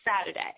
Saturday